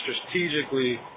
strategically